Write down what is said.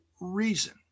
reason